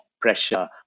pressure